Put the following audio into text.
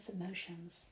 emotions